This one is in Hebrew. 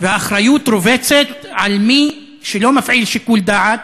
והאחריות רובצת על מי שלא מפעיל שיקול דעת,